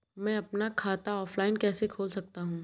मैं अपना खाता ऑफलाइन कैसे खोल सकता हूँ?